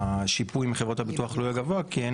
שהשיפוי מחברות הביטוח לא יהיה גבוה כי אין